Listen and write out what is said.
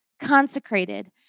consecrated